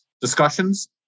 discussions